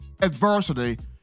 adversity